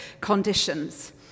conditions